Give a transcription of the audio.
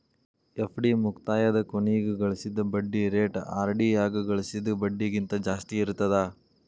FD ಮುಕ್ತಾಯದ ಕೊನಿಗ್ ಗಳಿಸಿದ್ ಬಡ್ಡಿ ರೇಟ ಆರ್.ಡಿ ಯಾಗ ಗಳಿಸಿದ್ ಬಡ್ಡಿಗಿಂತ ಜಾಸ್ತಿ ಇರ್ತದಾ